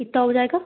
कितना हो जाएगा